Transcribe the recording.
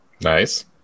Nice